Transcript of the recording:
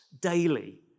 daily